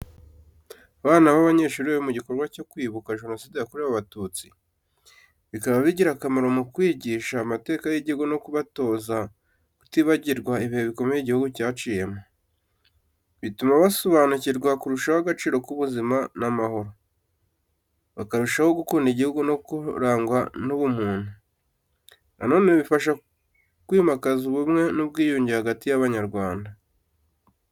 Abana b’abanyeshuri bari mu gikorwa cyo kwibuka Jenoside yakorewe Abatutsi, bikaba bigira akamaro mu kubigisha amateka y’igihugu no kubatoza kutibagirwa ibihe bikomeye igihugu cyaciyemo. Bituma basobanukirwa kurushaho agaciro k’ubuzima n’amahoro, bakarushaho gukunda igihugu no kurangwa n’ubumuntu. Na none bifasha kwimakaza ubumwe n’ubwiyunge hagati y’Abanyarwanda.